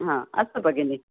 अस्तु भगिनी